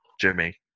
Jimmy